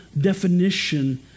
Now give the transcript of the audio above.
definition